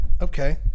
Okay